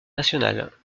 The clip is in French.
nationale